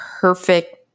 perfect